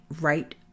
right